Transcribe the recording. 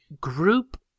group